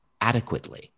adequately